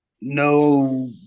no